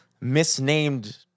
misnamed